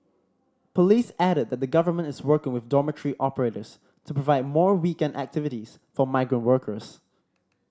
police added that the Government is work with dormitory operators to provide more weekend activities for migrant workers